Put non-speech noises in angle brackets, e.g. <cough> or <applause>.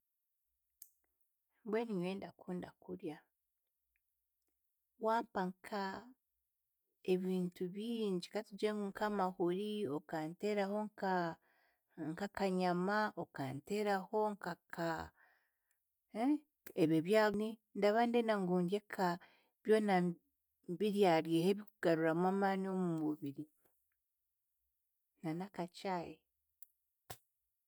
Mbwenu nyowe ndakunda kurya, wampa nka ebintu bingi katugire ngu nkamahuri, okanteeraho nka- nkakanyama, okanteeraho nka ka <hesitation> ebyo byani ndaba ndenda ngundye ka byona mbirya biryeho ebikugaruramu amaani omu mubiri na n'aka chai.